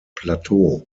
plateau